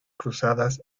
cruzadas